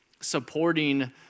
supporting